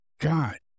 God